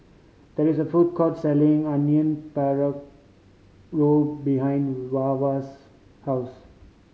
there is a food court selling Onion behind Wava's house